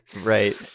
right